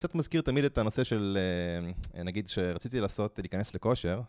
קצת מזכיר תמיד את הנושא של נגיד שרציתי לעשות להיכנס לכושר